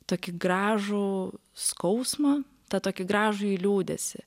tokį gražų skausmą tą tokį gražųjį liūdesį